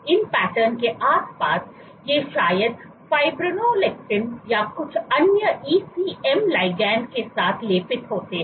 इन pattern के आसपास ये शायद फाइब्रोनेक्टिन या कुछ अन्य ईसीएम लाइगेंड के साथ लेपित होते हैं